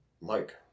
Mike